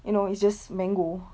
you know it's just mango